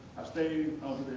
i've stayed